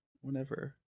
whenever